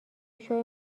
شوی